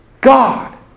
God